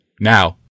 Now